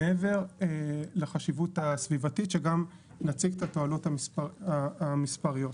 מעבר לחשיבות הסביבתית שגם נציג את התועלות המספריות.